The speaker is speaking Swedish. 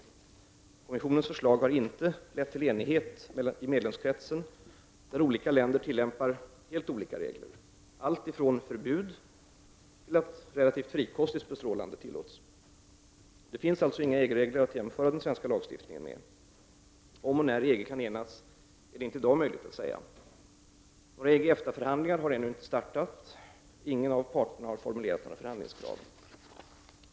Kommissionens förslag har inte lett till enighet i medlemskretsen där olika länder tillämpar helt olika regler, alltifrån förbud till att ett relativt frikostigt bestrålande tillåts. Det finns alltså inga EG-regler att jämföra den svenska lagstiftningen med. Om och när EG kan enas är det inte i dag möjligt att säga. Några EG-EFTA-förhandlingar har ännu inte startat. Ingen av parterna har formulerat några förhandlingskrav.